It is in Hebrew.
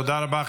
תודה רבה.